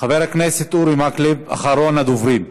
חבר הכנסת אורי מקלב, אחרון הדוברים,